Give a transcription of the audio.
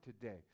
today